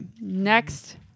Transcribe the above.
Next